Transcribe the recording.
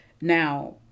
Now